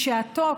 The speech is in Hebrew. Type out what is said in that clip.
בשעתו,